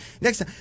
next